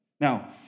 Now